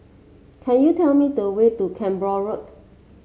can you tell me the way to Cranborne Road